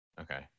Okay